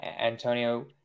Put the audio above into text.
Antonio